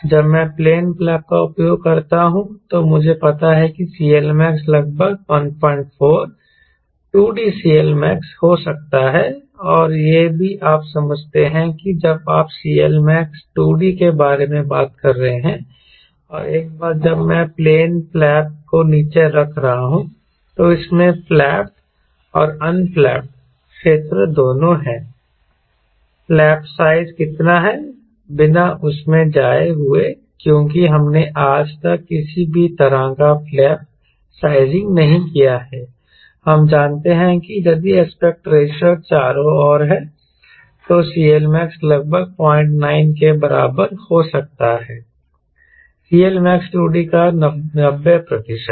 जब मैं एक प्लेन फ्लैप का उपयोग करता हूं तो मुझे पता है कि Clmax लगभग 14 2D Clmax हो सकता है और यह भी आप समझते हैं कि जब आप Clmax 2D के बारे में बात कर रहे हैं और एक बार जब मैं प्लेन फ्लैप को नीचे रख रहा हूं तो इसमें फ्लैपड और अनफ़्लैप्ड क्षेत्र दोनों हैं फ्लैप साइज़ कितना है बिना उसमें जाए हुए क्योंकि हमने आज तक किसी भी तरह का फ्लैप साइज़िंग नहीं किया है हम जानते हैं कि यदि एस्पेक्ट रेशों इसके चारों ओर है तो CLmax लगभग 09 के बराबर हो सकता है Clmax 2D का 90 प्रतिशत